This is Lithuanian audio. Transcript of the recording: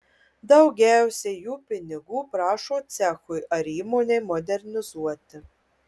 daugiausiai jų pinigų prašo cechui ar įmonei modernizuoti